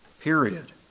Period